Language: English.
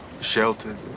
sheltered